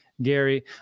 Gary